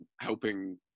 helping